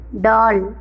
doll